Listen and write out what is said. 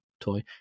toy